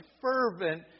fervent